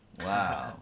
Wow